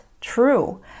true